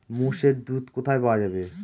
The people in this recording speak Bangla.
মোষের দুধ কোথায় পাওয়া যাবে?